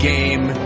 game